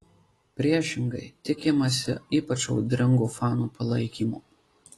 priešingai tikimasi ypač audringo fanų palaikymo